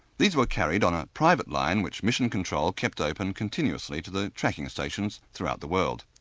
these were carried on a private line which mission control kept open continuously to the tracking stations throughout the world.